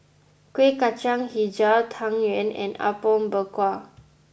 Kuih Kacang HiJau Tang Yuen and Apom Berkuah